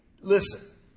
Listen